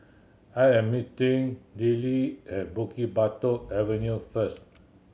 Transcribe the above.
I am meeting Dillie at Bukit Batok Avenue first